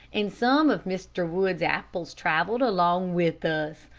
and some of mr. wood's apples traveled along with us,